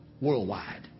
worldwide